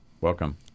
Welcome